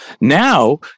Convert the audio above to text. Now